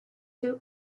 two